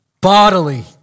Bodily